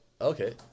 Okay